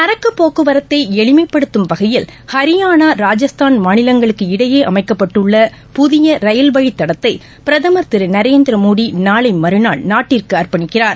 சரக்கு போக்குவரத்தை எளிமைப்படுத்தம் வகையில் ஹரியானா ராஜஸ்தான் மாநிலங்களுக்கு இடடயே அமைக்கப்பட்டுள்ள புதிய ரயில் வழித் தடத்தை பிரதமர் திரு நரேந்திரமோடி நாளை மறுநாள் நாட்டிற்கு அர்ப்பணிக்கிறார்